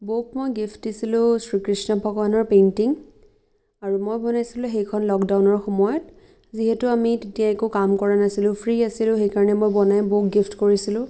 বৌক মই গিফ্ট দিছিলোঁ শ্ৰীকৃষ্ণ ভগৱানৰ পেইন্টিং আৰু মই বনাইছিলোঁ সেইখন লকডাউনৰ সময়ত যিহেতু আমি তেতিয়া একো কাম কৰা নাছিলোঁ ফ্ৰী আছিলোঁ সেইকাৰণে মই বনাই বৌক গিফ্ট কৰিছিলোঁ